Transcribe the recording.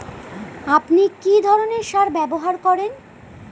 আপনি কী ধরনের সার ব্যবহার করেন?